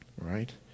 right